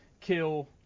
kill